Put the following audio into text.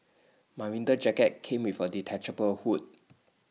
my winter jacket came with A detachable hood